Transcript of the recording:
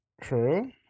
True